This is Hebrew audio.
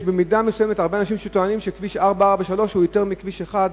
יש הרבה אנשים שטוענים שכביש 443 חשוב יותר מכביש 1,